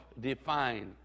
define